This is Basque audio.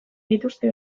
dituzte